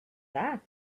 that